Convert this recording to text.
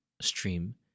stream